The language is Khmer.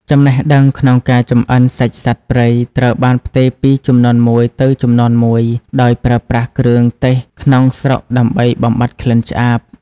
ចំណេះដឹងក្នុងការចម្អិនសាច់សត្វព្រៃត្រូវបានផ្ទេរពីជំនាន់មួយទៅជំនាន់មួយ ដោយប្រើប្រាស់គ្រឿងទេសក្នុងស្រុកដើម្បីបំបាត់ក្លិនឆ្អាប។